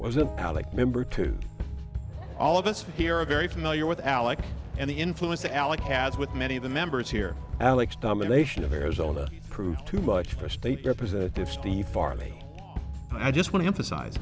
alec member to all of us here are very familiar with alec and the influence that alec has with many of the members here alex domination of arizona proved too much for state representative steve farley i just want to emphasize